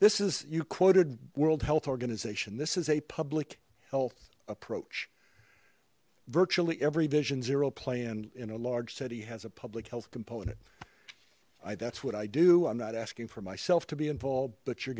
this is you quoted world health organization this is a public health approach virtually every vision zero plan in a large city has a public health component i that's what i do i'm not asking for myself to be involved but you're